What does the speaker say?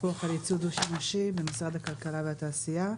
פיקוח על ייצוא דו-שימושי במשרד הכלכלה והתעשייה.